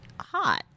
hot